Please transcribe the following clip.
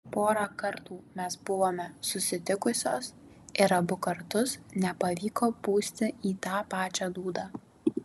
porą kartų mes buvome susitikusios ir abu kartus nepavyko pūsti į tą pačią dūdą